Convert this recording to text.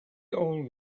old